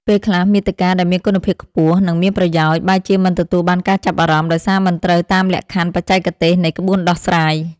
ពេលខ្លះ មាតិកាដែលមានគុណភាពខ្ពស់ និងមានប្រយោជន៍ បែរជាមិនទទួលបានការចាប់អារម្មណ៍ ដោយសារមិនត្រូវតាមលក្ខខណ្ឌបច្ចេកទេសនៃក្បួនដោះស្រាយ។